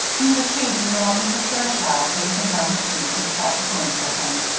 neither katie nor mrs. fairchild, gazing down the street, could catch a glimpse of him.